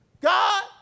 God